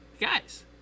Guys